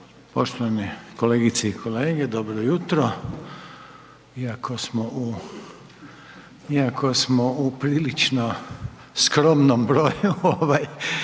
Poštovane kolegice i kolege, dobro jutro. Iako smo u prilično skromnom broju